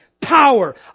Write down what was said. power